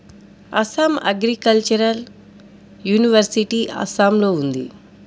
Assam agricultural university అస్సాంలో ఉంది